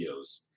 videos